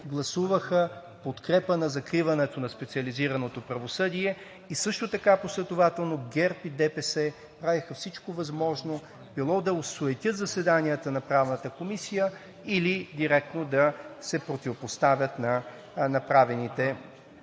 гласуваха в подкрепа на закриването на специализираното правосъдие и също така последователно ГЕРБ и ДПС правеха всичко възможно било да осуетят заседанията на Правната комисия, или директно да се противопоставят на направените предложения.